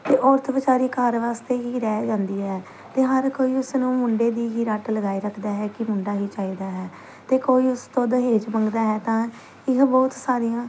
ਅਤੇ ਔਰਤ ਵਿਚਾਰੀ ਘਰ ਵਾਸਤੇ ਹੀ ਰਹਿ ਜਾਂਦੀ ਹੈ ਅਤੇ ਹਰ ਕੋਈ ਉਸ ਨੂੰ ਮੁੰਡੇ ਦੀ ਹੀ ਰਟ ਲਗਾਏ ਰੱਖਦਾ ਹੈ ਕਿ ਮੁੰਡਾ ਹੀ ਚਾਹੀਦਾ ਹੈ ਅਤੇ ਕੋਈ ਉਸ ਤੋਂ ਦਹੇਜ ਮੰਗਦਾ ਹੈ ਤਾਂ ਇਹ ਬਹੁਤ ਸਾਰੀਆਂ